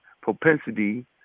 propensity